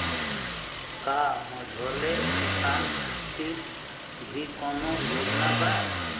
का मझोले किसान खातिर भी कौनो योजना बा?